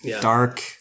dark